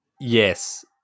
Yes